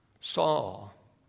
Saul